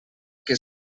que